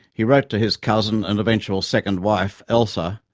he wrote to his cousin and eventual second wife elsa,